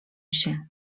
się